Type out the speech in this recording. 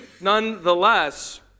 nonetheless